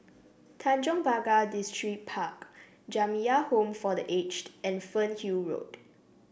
Tanjong Pagar Distripark Jamiyah Home for The Aged and Fernhill Road